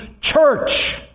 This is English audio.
church